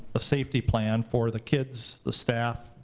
a safety plan for the kids, the staff,